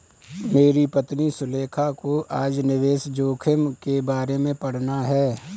मेरी पत्नी सुलेखा को आज निवेश जोखिम के बारे में पढ़ना है